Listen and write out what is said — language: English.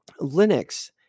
Linux